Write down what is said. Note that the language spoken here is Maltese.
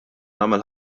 nagħmel